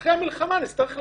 ואחרי המלחמה נצטרך להחליף".